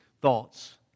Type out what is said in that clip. thoughts